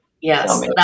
Yes